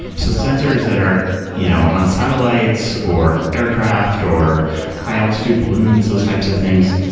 so sensors that are you know on satellites, or aircraft, or high-altitude balloons, those types of things,